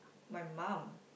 my mum